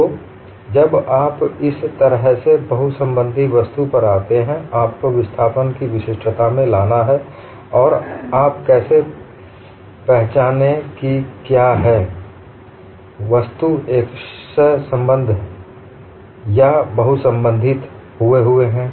तो जब आप एक इस तरह से बहुसंबंधित वस्तु पर जाते हैं आपको विस्थापन को विशिष्टता में लाना है और आप कैसे पहचानते हैं कि क्या वस्तु एकश संबंद्ध है या बहुसंयोजित हुए हैं